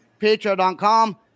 patreon.com